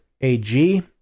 AG